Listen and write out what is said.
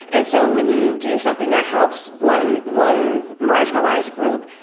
and so when you do something that helps one, one marginalized group,